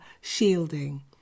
shielding